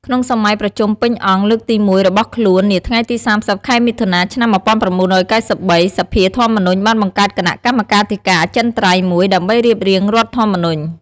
ក្នុងសម័យប្រជុំពេញអង្គលើកទី១ របស់ខ្លួន នាថ្ងៃទី៣០ ខែមិថុនា ឆ្នាំ១៩៩៣ សភាធម្មនុញ្ញបានបង្កើតគណៈកម្មាធិការអចិន្ត្រៃយ៍មួយ ដើម្បីរៀបរៀងរដ្ឋធម្មនុញ្ញ។